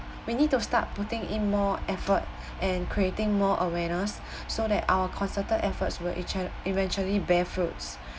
we need to start putting in more effort and creating more awareness so that our concerted efforts will ich~ eventually bear fruits